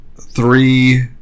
three